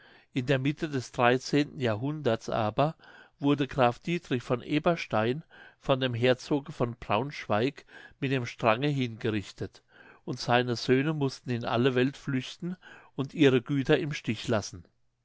in der mitte des dreizehnten jahrhunderts aber wurde graf dietrich von eberstein von dem herzoge von braunschweig mit dem strange hingerichtet und seine söhne mußten in alle welt flüchten und ihre güter im stich lassen